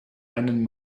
einen